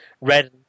red